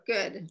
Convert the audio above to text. Good